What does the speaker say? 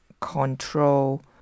control